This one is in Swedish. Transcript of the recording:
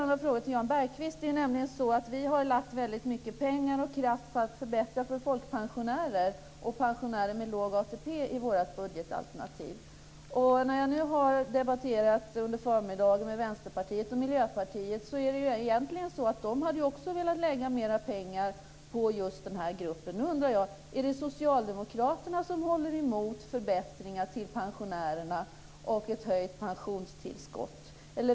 Det är nämligen så att vi i vårt budgetalternativ har lagt väldigt mycket pengar och kraft på att förbättra för folkpensionärer och pensionärer med låg ATP. När jag nu under förmiddagen debatterat med Vänsterpartiet och Miljöpartiet har det visat sig att de egentligen också hade velat lägga mer pengar på just den här gruppen. Nu undrar jag: Är det socialdemokraterna som håller emot förbättringar till pensionärerna och ett höjt pensionstillskott?